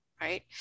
Right